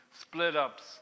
split-ups